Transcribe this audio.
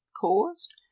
caused